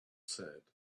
said